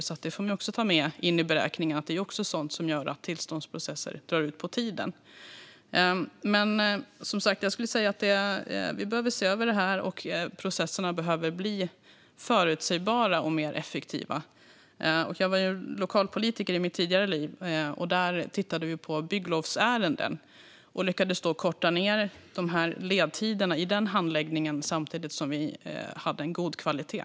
Det får man alltså också ta med i beräkningen när det gäller vad som gör att tillståndsprocesser drar ut på tiden. Vi behöver se över det här, och processerna behöver bli förutsägbara och mer effektiva. Jag var lokalpolitiker tidigare i mitt liv, och där tittade vi på bygglovsärenden och lyckades korta ned ledtiderna i handläggningen samtidigt som vi hade en god kvalitet.